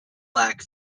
black